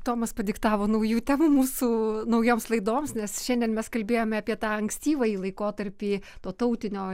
tomas padiktavo naujų temų mūsų naujoms laidoms nes šiandien mes kalbėjome apie tą ankstyvąjį laikotarpį to tautinio